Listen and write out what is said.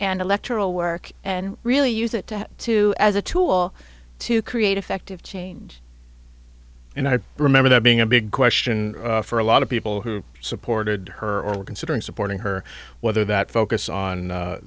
and electoral work and really use it to have to as a tool to create effective change and i remember that being a big question for a lot of people who supported her or were considering supporting her whether that focus on